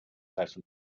treffen